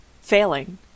failing